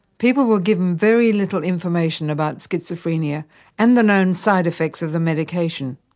people were given very little information about schizophrenia and the known side-effects of the medication.